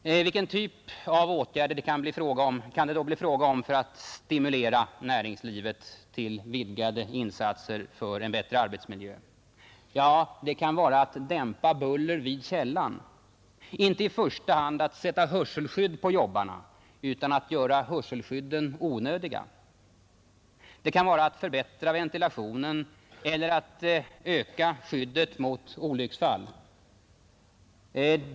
Vilken typ av åtgärder kan det då bli fråga om för att stimulera näringslivet till vidgade insatser för en bättre arbetsmiljö? Ja, det kan vara att dämpa buller vid källan — inte i första hand att sätta hörselskydd på jobbarna utan att göra hörselskydden onödiga — det kan vara att förbättra ventilationen eller att öka skyddet mot olycksfall.